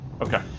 Okay